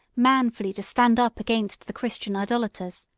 manfully to stand up against the christian idolaters.